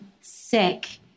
sick